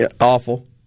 awful